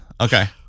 Okay